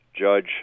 judge